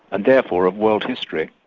and therefore of world history.